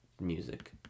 music